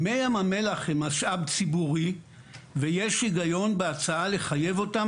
מי ים המלח הם משאב ציבורי ויש היגיון בהצעה לחייב אותם